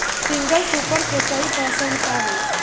Single super के सही पहचान का हई?